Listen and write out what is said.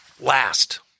Last